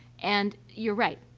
and you're right,